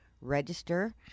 register